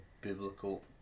biblical-